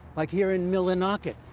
like here in millinocket,